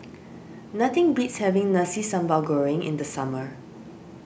nothing beats having Nasi Sambal Goreng in the summer